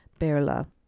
Berla